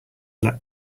let